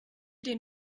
den